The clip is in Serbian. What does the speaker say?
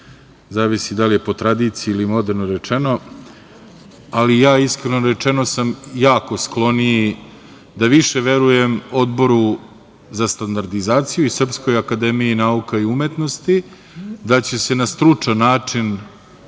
zavisi da li je po tradiciji ili moderno rečeno, ali ja iskreno rečeno sam jako skloniji da više verujem Odboru za standardizaciju i SANU da će se na stručan način,